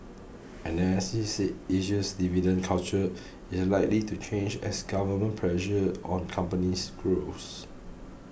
analysts said Asia's dividend culture is likely to change as government pressure on companies grows